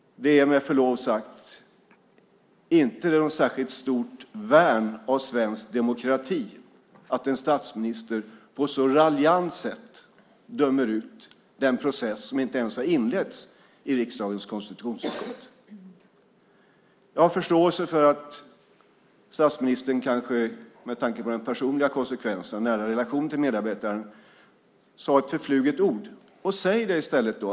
Det är med förlov sagt inte något särskilt stort värn av svensk demokrati att en statsminister på ett så raljant sätt dömer ut den process som inte ens har inletts i riksdagens konstitutionsutskott. Jag har förståelse för att statsministern kanske med tanke på den personliga konsekvensen och sin nära relation till medarbetaren sade ett förfluget ord. Men säg det i stället, då!